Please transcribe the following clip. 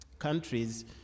countries